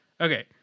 Okay